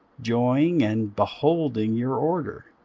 joying and beholding your order,